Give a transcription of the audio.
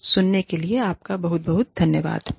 तो सुनने के लिए आपका बहुत बहुत धन्यवाद